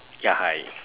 ya hi